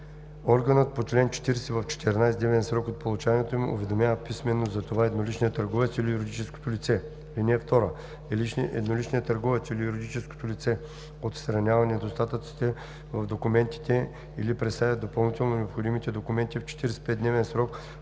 органът по чл. 40 в 14-дневен срок от получаването им уведомява писмено за това едноличния търговец или юридическото лице. (2) Едноличният търговец или юридическото лице отстранява недостатъците в документите или представя допълнително необходимите документи в 45-дневен срок